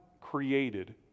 created